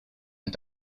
and